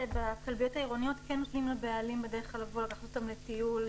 בכלביות העירוניות כן נותנים לבעלים בדרך כלל לבוא לקחת אותם לטיול,